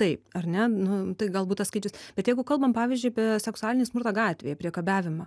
taip ar ne nu tai galbūt tas skaičius bet jeigu kalbam pavyzdžiui apie seksualinį smurtą gatvėj priekabiavimą